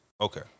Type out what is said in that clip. Okay